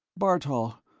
bartol,